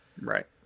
Right